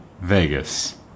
Vegas